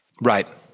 right